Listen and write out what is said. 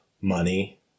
money